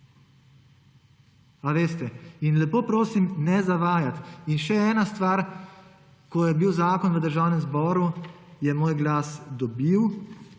lepo prosim, ne zavajati! Še ena stvar. Ko je bil zakon v Državnem zboru, je moj glas dobil,